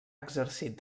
exercit